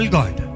God